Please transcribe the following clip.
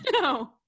no